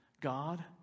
God